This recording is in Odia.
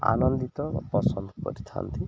ଆନନ୍ଦିତ ବା ପସନ୍ଦ କରିଥାନ୍ତି